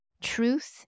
Truth